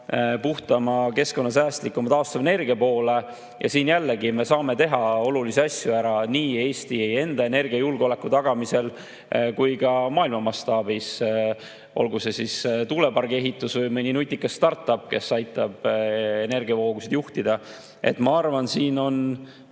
puhtama, keskkonnasäästlikuma taastuvenergia poole. Ja siin me jällegi saame olulisi asju ära teha nii Eesti enda energiajulgeoleku tagamisel kui ka maailma mastaabis. Olgu see siis tuuleparkide ehitus või mõni nutikasstart-up, kes aitab energiavoogusid juhtida. Ma arvan, et siin saab